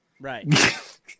Right